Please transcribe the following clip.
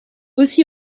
aussi